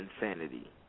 insanity